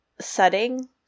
setting